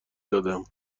دادم